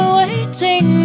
waiting